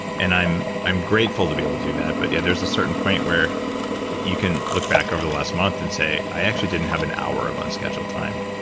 and i'm i'm grateful to be able to do that, but yeah, there's a certain point where you can look back over the last month and say, i actually didn't have an hour of unscheduled time.